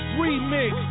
remix